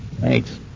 Thanks